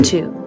Two